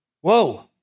whoa